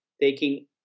taking